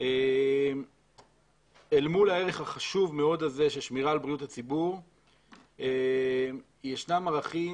אל מול הערך החשוב מאוד הזה של שמירת בריאות הציבור ישנם ערכים